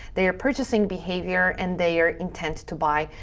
their purchasing behavior and their intent to buy,